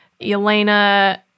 Elena